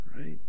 right